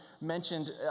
mentioned